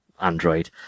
android